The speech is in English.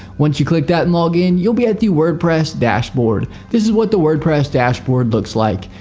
once you click that and log in you will be at the wordpress dashboard. this is what the wordpress dashboard looks like.